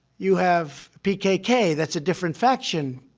you have pkk that's a different faction.